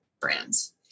brands